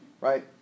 right